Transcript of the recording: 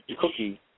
Cookie